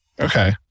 Okay